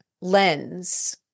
lens